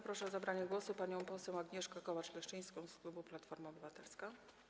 Proszę o zabranie głosu panią poseł Agnieszkę Kołacz-Leszczyńską z klubu Platforma Obywatelska.